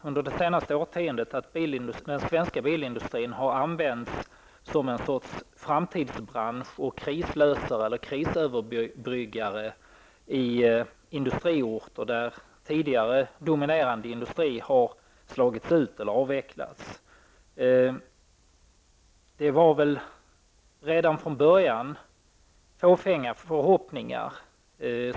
Under de senaste årtiondet har den svenska bilindustrin har används som en sorts framtidsbransch eller krislösare på industriorter där tidigare dominerande industri har slagits ut eller avvecklats. Det var väl redan från början fåfänga förhoppningar.